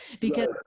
because-